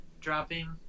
dropping